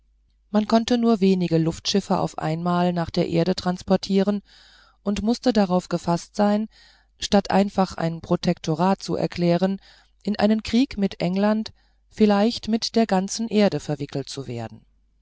man konnte nur wenige luftschiffe auf einmal nach der erde transportieren und mußte darauf gefaßt sein statt einfach ein protektorat zu erklären in einen krieg mit england vielleicht mit der ganzen erde verwickelt zu werden